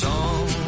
Song